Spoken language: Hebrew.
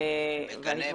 ואמירה של נאצים.